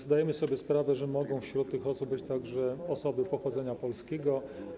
Zdajemy sobie sprawę, że wśród tych osób mogą być także osoby pochodzenia polskiego.